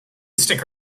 stick